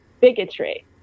bigotry